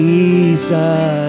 Jesus